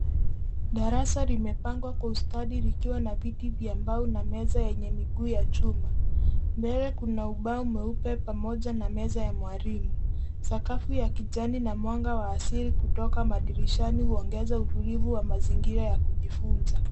Darasa limepangwa kwa ustadi likiwa na viti vya mbao na meza yenye miguu ya chuma. Mbele kuna ubao mweupe pamoja na meza ya mwalimu. Sakafu ya kijani na mwanga wa asili kutoka madirishani huongeza utulivu wa mazingira ya kujifunza.